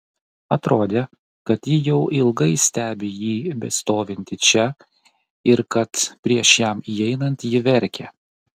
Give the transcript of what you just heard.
atrodė kad ji jau ilgai stebi jį bestovintį čia ir kad prieš jam įeinant ji verkė